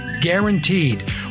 Guaranteed